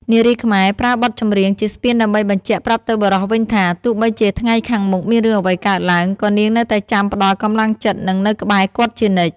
នារីខ្មែរប្រើបទចម្រៀងជាស្ពានដើម្បីបញ្ជាក់ប្រាប់ទៅបុរសវិញថា ទោះបីជាថ្ងៃខាងមុខមានរឿងអ្វីកើតឡើង ក៏នាងនៅតែចាំផ្ដល់កម្លាំងចិត្ត និងនៅក្បែរគាត់ជានិច្ច។